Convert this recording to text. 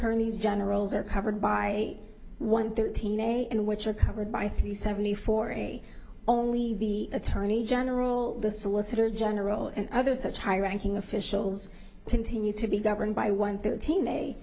attorneys generals are covered by one thirteen a and which are covered by three seventy four only the attorney general the solicitor general and other such high ranking officials continue to be governed by one thirteen a